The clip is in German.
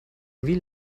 wie